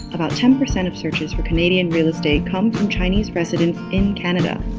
about ten percent of searches for canadian real estate come from chinese residents in canada,